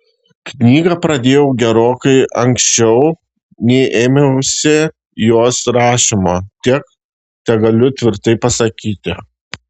knygą pradėjau gerokai anksčiau nei ėmiausi jos rašymo tiek tegaliu tvirtai pasakyti